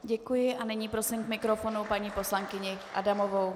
Děkuji a nyní prosím k mikrofonu paní poslankyni Adamovou.